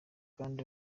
kandi